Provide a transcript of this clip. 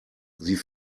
sie